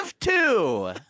two